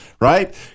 right